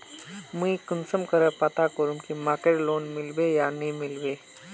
मुई कुंसम करे पता करूम की मकईर लोन मिलबे या नी मिलबे?